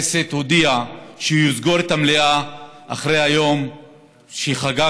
שהוא יסגור את המליאה אחרי היום שחגגנו